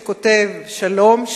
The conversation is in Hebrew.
שכותב: "שלום,